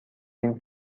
این